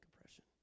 oppression